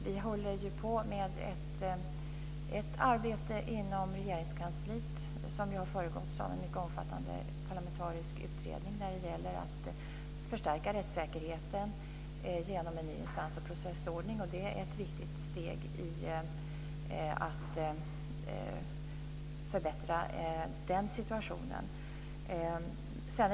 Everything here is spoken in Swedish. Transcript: Vi bedriver inom Regeringskansliet ett arbete som har föregåtts av en mycket omfattande parlamentarisk utredning och som syftar till att förstärka rättssäkerheten genom en ny instans och processordning. Det är ett viktigt steg i strävandena att förbättra den situationen.